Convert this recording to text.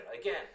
again